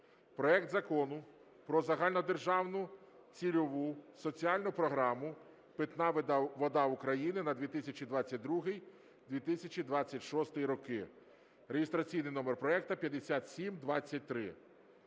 проект Закону про Загальнодержавну цільову соціальну програму "Питна вода України" на 2022 – 2026 роки (реєстраційний номер проекту 5723).